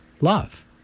love